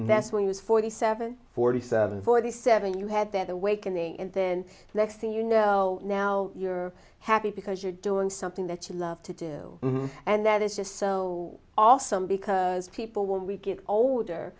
that's what it was forty seven forty seven forty seven you had that awakening and then the next thing you know now you're happy because you're doing something that you love to do and that is just so awesome because people when we get older